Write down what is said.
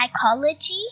psychology